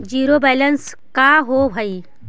Zero balance का होव हइ?